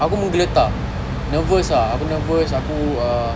aku menggeletar nervous ah aku nervous aku uh